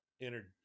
entered